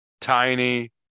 tiny